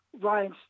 Ryan